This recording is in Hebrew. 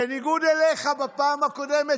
בניגוד אליך בפעם הקודמת,